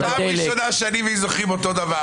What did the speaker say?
--- שנים זוכרים אותו דבר.